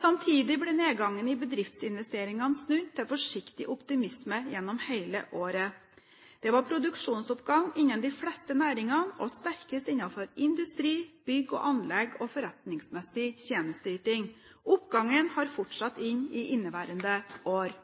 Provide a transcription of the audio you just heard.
Samtidig ble nedgangen i bedriftsinvesteringene snudd til forsiktig optimisme gjennom hele året. Det var produksjonsoppgang innenfor de fleste næringene, og sterkest innenfor industri, bygg og anlegg og forretningsmessig tjenesteyting. Oppgangen har fortsatt inn i inneværende år.